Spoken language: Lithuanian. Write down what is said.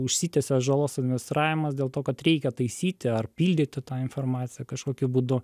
užsitęsia žalos administravimas dėl to kad reikia taisyti ar pildyti tą informaciją kažkokiu būdu